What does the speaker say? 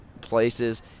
places